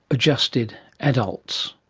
adjusted adults,